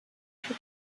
for